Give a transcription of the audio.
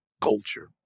culture